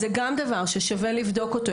אז זה גם דבר ששווה לבדוק אותו.